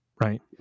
Right